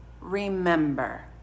remember